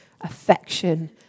affection